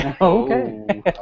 Okay